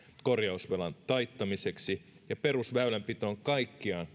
korjausvelan taittamiseksi ja perusväylänpitoon kaikkiaan